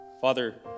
Father